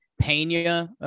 Pena